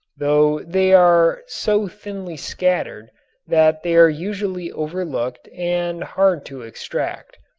though they are so thinly scattered that they are usually overlooked and hard to extract.